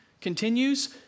continues